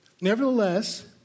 Nevertheless